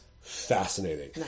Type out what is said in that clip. fascinating